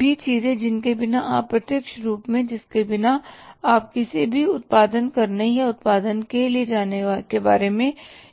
भी चीजें जिनके बिना आप प्रत्यक्ष रूप में जिसके बिना आप किसी भी उत्पादन करने या उत्पादन के लिए जाने के बारे में नहीं सोच सकते